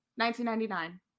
1999